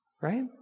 right